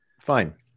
Fine